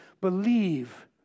Believe